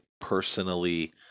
personally